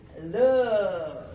Love